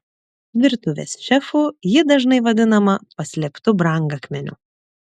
virtuvės šefų ji dažnai vadinama paslėptu brangakmeniu